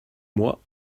moi